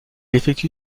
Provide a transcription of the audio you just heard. effectue